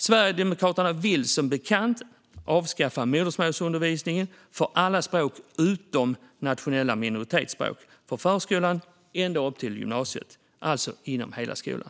Sverigedemokraterna vill som bekant avskaffa modersmålsundervisningen för alla språk förutom nationella minoritetsspråk i förskola och ända upp till gymnasiet, alltså inom hela skolan.